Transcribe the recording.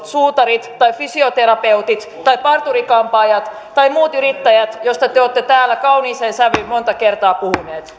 suutarit tai fysioterapeutit tai parturi kampaajat tai muut yrittäjät joista te te olette täällä kauniiseen sävyyn monta kertaa puhuneet